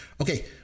Okay